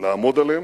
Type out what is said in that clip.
לעמוד עליהם.